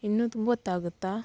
ಇನ್ನೂ ತುಂಬ ಹೊತ್ತಾಗತ್ತಾ